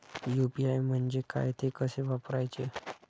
UPI म्हणजे काय, ते कसे वापरायचे?